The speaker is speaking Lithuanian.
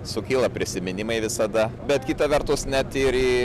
sukyla prisiminimai visada bet kita vertus net ir į